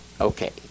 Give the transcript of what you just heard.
Okay